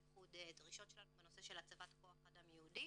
בייחוד דרישות שלנו בנושא של הצבת כח אדם ייעודי